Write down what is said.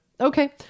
Okay